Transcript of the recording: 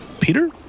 Peter